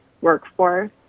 workforce